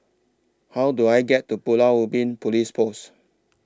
How Do I get to Pulau Ubin Police Post